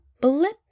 blip